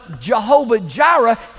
Jehovah-Jireh